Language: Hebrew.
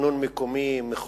לתכנון מקומי, מחוזי,